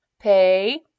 pay